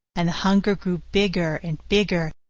and the hunger grew bigger and bigger,